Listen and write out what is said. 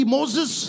Moses